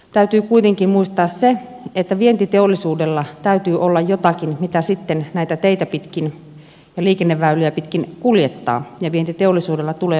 täytyy kuitenkin muistaa se että vientiteollisuudella täytyy olla jotakin mitä sitten näitä teitä ja liikenneväyliä pitkin kuljettaa ja vientiteollisuudella tulee olla kilpailukykyä